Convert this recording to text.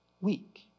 weak